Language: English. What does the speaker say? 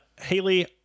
haley